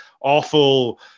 awful